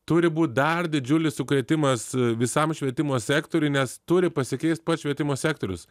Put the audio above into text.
turi būt dar didžiulis sukrėtimas visam švietimo sektoriui nes turi pasikeist pats švietimo sektorius